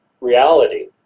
reality